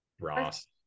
Ross